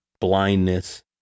blindness